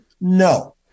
No